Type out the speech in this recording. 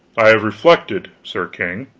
i have reflected, sir king.